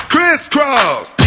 Crisscross